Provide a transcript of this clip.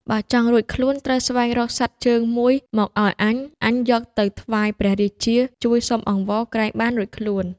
បើចង់រួចខ្លួនត្រូវស្វែងរកសត្វជើងមួយមកឲ្យអញ អញយកទៅថ្វាយព្រះរាជាជួយសុំអង្វរក្រែងបានរួចខ្លួន"។